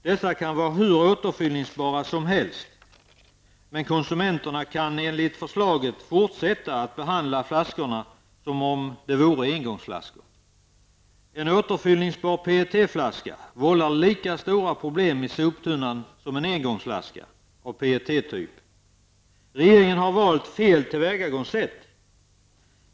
Flaskorna kan vara hur återfyllningsbara som helst, men enligt förslaget kan konsumenterna fortsätta att behandla flaskorna som om de vore engångsflaskor. En återfyllningsbar PET-flaska vållar lika stora problem i soptunnan som en engångsflaska av PET-typ. Regeringen har valt fel tillvägagångssätt.